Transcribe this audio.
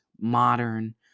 modern